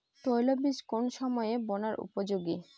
তৈলবীজ কোন সময়ে বোনার উপযোগী?